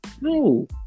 no